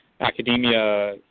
academia